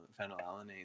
phenylalanine